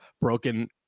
broken